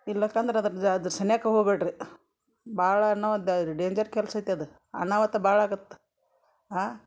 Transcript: ಇಲ್ಲ ಅಂದ್ರೆ ಅದ್ರ ಜ ಅದ್ರ ಸನಿಹಕ್ಕೆ ಹೋಗಬೇಡ್ರಿ ಭಾಳ ಅನ್ನೊದಾರ್ ಡೆಂಜರ್ ಕೆಲಸ ಐತೆದು ಅನಾಹುತ ಭಾಳ ಆಗತ್ತೆ ಆ